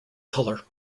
color